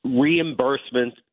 reimbursement